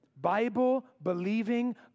Bible-believing